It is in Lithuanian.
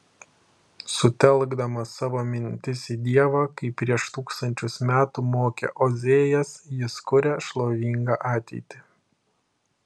sutelkdamas savo mintis į dievą kaip prieš tūkstančius metų mokė ozėjas jis kuria šlovingą ateitį